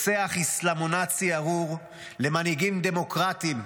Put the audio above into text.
רוצח אסלאמו-נאצי ארור למנהיגים דמוקרטים,